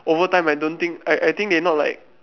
over time I don't think I I think they not like